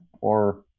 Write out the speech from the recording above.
Or-